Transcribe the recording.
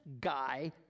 guy